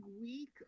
week